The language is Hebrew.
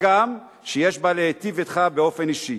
הגם שיש בה להיטיב אתך באופן אישי,